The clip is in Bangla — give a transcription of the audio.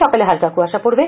সকালে হালকা কুয়াশা পড়বে